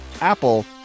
Apple